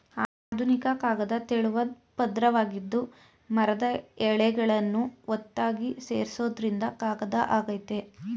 ಆಧುನಿಕ ಕಾಗದ ತೆಳುವಾದ್ ಪದ್ರವಾಗಿದ್ದು ಮರದ ಎಳೆಗಳನ್ನು ಒತ್ತಾಗಿ ಸೇರ್ಸೋದ್ರಿಂದ ಕಾಗದ ಆಗಯ್ತೆ